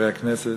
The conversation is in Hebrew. חברי הכנסת,